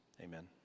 Amen